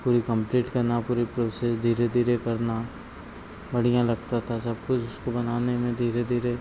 पूरे कंप्लीट करना पूरे प्रोसेस धीरे धीरे करना बढ़िया लगता था सब कुछ उसको बनाने में धीरे धीरे